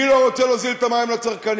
מי לא רוצה להוזיל את המים לצרכנים?